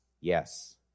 yes